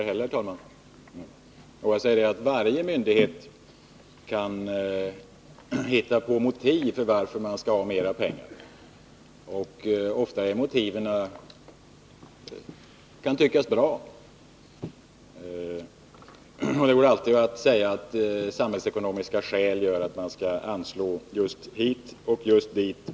Herr talman! Varje myndighet kan förvisso hitta på motiv till att man skall ha mera pengar. Ofta kan motiven tyckas bra. Det går alltid att säga att man av samhällsekonomiska skäl skall anslå mera pengar just hit eller just dit.